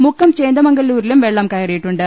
മുക്കം ചേന്ദമംഗല്ലൂരിലും വെള്ളംകയറിയിട്ടുണ്ട്